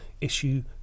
issue